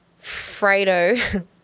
Fredo